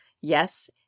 Yes